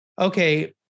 Okay